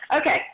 Okay